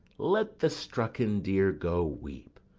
let the strucken deer go weep,